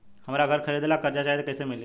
हमरा घर खरीदे ला कर्जा चाही त कैसे मिली?